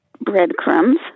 breadcrumbs